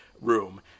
room